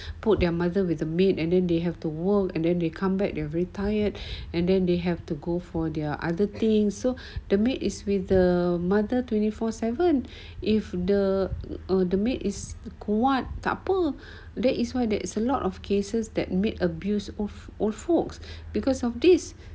put their mother with the maid and then they have to work and then they come back they already tired and then they have to go for their other thing so the maid is with the mother twenty four seven if the the maid is kuat takpe that is why there is a lot of cases that maid abuse of old folks because of this